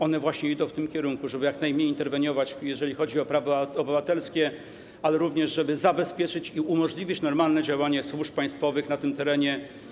One właśnie idą w tym kierunku, żeby jak najmniej interweniować, jeżeli chodzi o prawa obywatelskie, ale również zabezpieczyć i umożliwić normalne działanie służb państwowych na tym terenie.